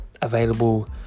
available